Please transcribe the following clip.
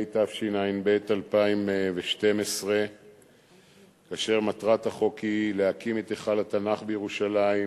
התשע"ב 2012. מטרת החוק היא להקים את היכל התנ"ך בירושלים,